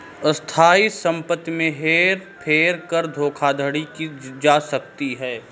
स्थायी संपत्ति में हेर फेर कर धोखाधड़ी की जा सकती है